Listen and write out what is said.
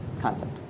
concept